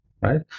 right